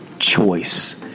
Choice